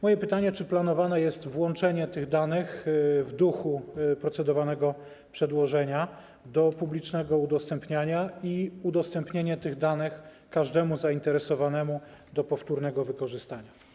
Moje pytanie: Czy planowane jest włączenie tych danych w duchu procedowanego przedłożenia do publicznego udostępniania i udostępnianie tych danych każdemu zainteresowanemu do powtórnego wykorzystania?